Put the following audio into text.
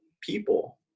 people